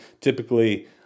typically